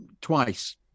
twice